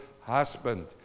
husband